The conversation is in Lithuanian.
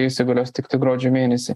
įsigalios tiktai gruodžio mėnesį